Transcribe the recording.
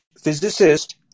physicist